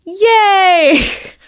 yay